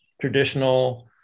traditional